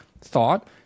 thought